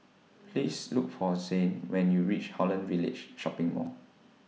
Please Look For Zhane when YOU REACH Holland Village Shopping Mall